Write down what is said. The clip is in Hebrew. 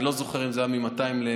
אני לא זוכר אם זה היה מ-200 למיליארד,